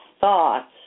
thoughts